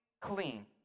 clean